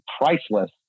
priceless